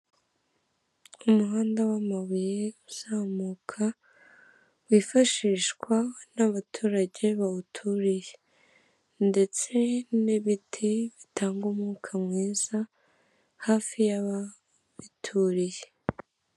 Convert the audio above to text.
Umuhanda w'amabuye uzamuka, wifashishwa n'abaturage bawuturiye. Ndetse n'ibiti bitanga umwuka mwiza, hafi y'ababituriye.